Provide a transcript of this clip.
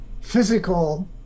physical